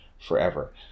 forever